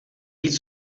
víc